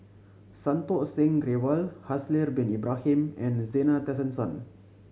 Santokh Singh Grewal Haslir Bin Ibrahim and the Zena Tessensohn